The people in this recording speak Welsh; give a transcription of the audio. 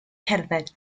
cerdded